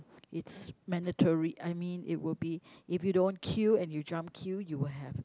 it's mandatory I mean it will be if you don't queue and you jump queue you will have